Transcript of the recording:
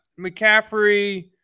McCaffrey